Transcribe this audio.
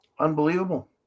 Unbelievable